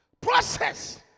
Process